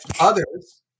Others